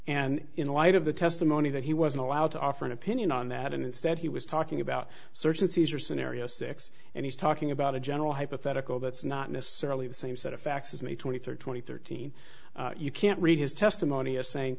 and in light of the testimony that he wasn't allowed to offer an opinion on that and instead he was talking about search and seizure scenario six and he's talking about a general hypothetical that's not necessarily the same set of facts as may twenty third twenty thirteen you can't read his testimony as saying